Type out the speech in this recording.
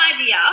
idea